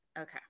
Okay